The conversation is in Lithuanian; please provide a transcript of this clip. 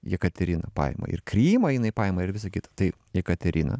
jekaterina paima ir krymą jinai paima ir visa kita tai jekaterina